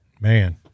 man